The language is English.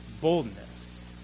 boldness